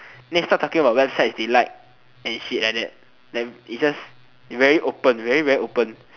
then start talking about websites they like and shit like that like it is just very open very very open